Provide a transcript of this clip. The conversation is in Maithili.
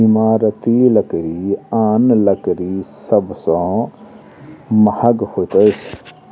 इमारती लकड़ी आन लकड़ी सभ सॅ महग होइत अछि